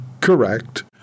correct